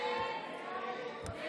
הסתייגות 6 לא